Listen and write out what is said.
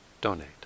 donate